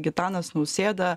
gitanas nausėda